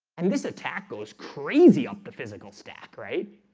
and this attack goes crazy off the physical stack, right?